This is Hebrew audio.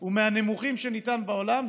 הוא מהנמוכים שניתנו בעולם,